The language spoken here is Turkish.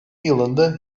yılında